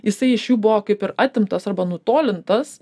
jisai iš jų buvo kaip ir atimtas arba nutolintas